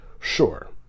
Sure